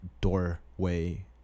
Doorway